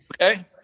Okay